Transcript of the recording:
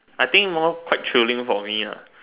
I think more quite thrilling for me ah